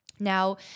Now